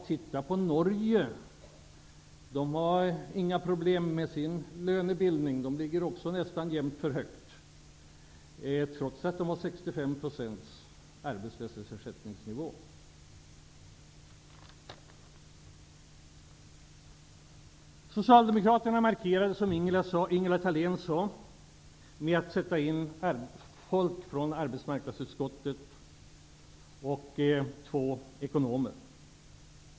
Titta på Norge, där har de inga problem av den art Hans Andersson menar med sin lönebildning. De ligger också nästan alltid för högt, trots att de har en arbetslöshetsersättningsnivå på Socialdemokraterna markerade, som Ingela Thalén sade, med att sätta in folk från arbetsmarknadsutskottet och två ekonomer.